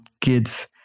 kids